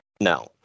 No